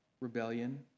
rebellion